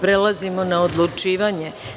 Prelazimo na odlučivanje.